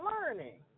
learning